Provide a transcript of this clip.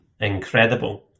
incredible